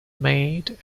made